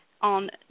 on